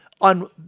on